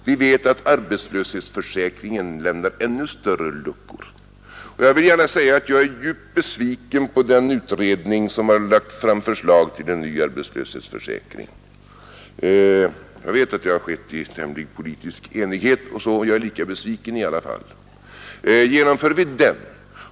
Vi vet att arbetslöshetsförsäkringen lämnar ännu större luckor. Jag vill gärna säga att jag är djupt besviken på den utredning som har lagt fram förslag till ny arbetslöshetsförsäkring. Jag vet att det har skett i en tämlig politisk enighet, men jag är lika besviken i alla fall.